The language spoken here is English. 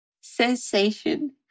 sensation